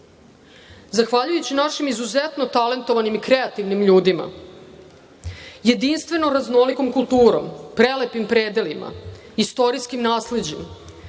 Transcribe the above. Zahvaljujući našim izuzetno talentovanim i kreativnim ljudima, jedinstveno raznolikom kulturom, prelepim predelima, istorijskim nasleđem,